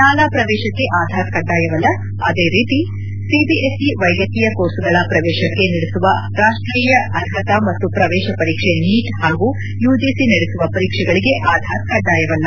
ಶಾಲಾ ಪ್ರವೇಶಕ್ಕೆ ಆಧಾರ್ ಕಡ್ಡಾಯವಲ್ಲ ಅದೇ ರೀತಿ ಸಿಬಿಎಸ್ಇ ವೈದ್ಯಕೀಯ ಕೋರ್ಸ್ಗಳ ಪ್ರವೇಶಕ್ಕೆ ನಡೆಸುವ ರಾರ್ಷಿಯ ಅರ್ಹತಾ ಮತ್ತು ಪ್ರವೇಶ ಪರೀಕ್ಷೆ ನೀಟ್ ಹಾಗೂ ಯುಜಿಸಿ ನಡೆಸುವ ಪರೀಕ್ಷೆಗಳಿಗೆ ಆಧಾರ್ ಕಡ್ಡಾಯವಲ್ಲ